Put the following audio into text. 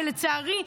ולצערי,